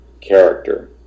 character